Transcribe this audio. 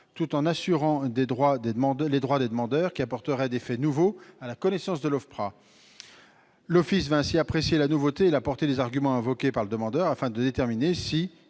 tout en assurant la garantie des droits des demandeurs qui apporteraient des faits nouveaux à la connaissance de l'OFPRA. L'Office va ainsi apprécier la nouveauté et la portée des arguments invoqués par le demandeur afin de déterminer s'ils